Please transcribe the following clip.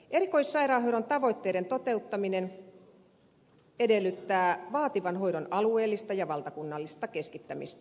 erikoissairaanhoidon tavoitteiden toteuttaminen edellyttää vaativan hoidon alueellista ja valtakunnallista keskittämistä